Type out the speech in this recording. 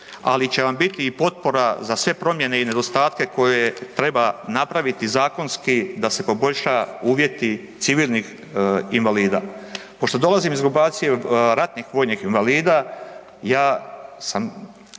ali će vam biti i potpora za sve promjene i nedostatke koje treba napraviti zakonski da se poboljša uvjeti civilnih invalida. Pošto dolazim iz grupacije ratnih vojnih invalida, ja sam,